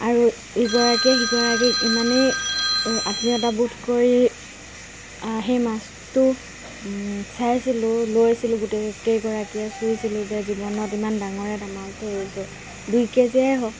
আৰু ইগৰাকীয়ে সিগৰাকীক মানে আত্মীয়তাবোধ কৰি সেই মাছটো চাইছিলোঁ লৈছিলোঁ গোটেইকেইগৰাকীয়ে চুইছিলোঁ যে জীৱনত ইমান ডাঙৰ এটা মাছ ধৰিছোঁ দুইকেজিয়াই হওক